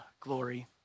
glory